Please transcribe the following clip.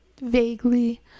vaguely